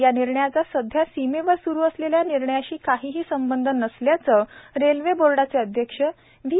या निर्णयाचा सध्या सीमेवर सुरू असलेल्या निर्णयाशी काहीही संबंध नसल्याचं रेल्वे बोर्डाचे अध्यक्ष व्ही